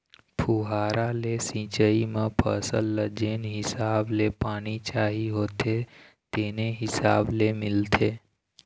फुहारा ले सिंचई म फसल ल जेन हिसाब ले पानी चाही होथे तेने हिसाब ले मिलथे